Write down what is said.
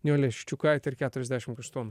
nijole ščiukaite ir keturiasdešim kaštonų